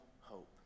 hope